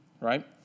right